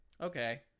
okay